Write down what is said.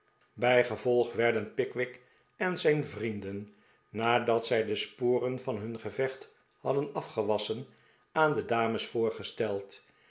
regelen bijgevolg werden pickwick en zijn vrienden nadat zij de sporen van hun gevecht hadden afgewasschen aan de dames